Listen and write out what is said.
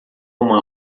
uma